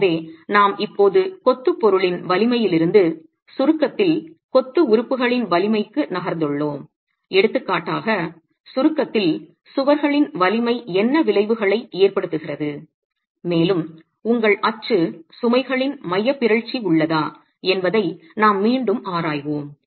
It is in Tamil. எனவே நாம் இப்போது கொத்து பொருளின் வலிமையிலிருந்து சுருக்கத்தில் கொத்து உறுப்புகளின் வலிமைக்கு நகர்ந்துள்ளோம் எடுத்துக்காட்டாக சுருக்கத்தில் சுவர்களின் வலிமை என்ன விளைவுகளை ஏற்படுத்துகிறது மேலும் உங்கள் அச்சு சுமைகளின் மையப் பிறழ்ச்சி உள்ளதா என்பதை நாம் மீண்டும் ஆராய்வோம்